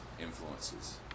influences